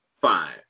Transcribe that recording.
fine